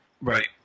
right